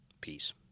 Peace